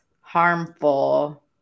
harmful